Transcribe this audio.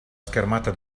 schermata